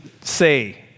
say